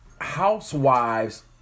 Housewives